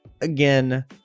again